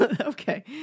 Okay